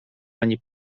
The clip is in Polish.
ani